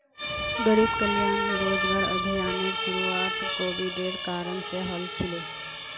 गरीब कल्याण रोजगार अभियानेर शुरुआत कोविडेर कारण से हल छिले